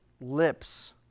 lips